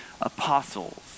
apostles